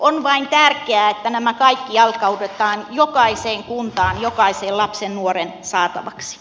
on vain tärkeää että nämä kaikki jalkautetaan jokaiseen kuntaan jokaisen lapsen ja nuoren saatavaksi